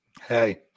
Hey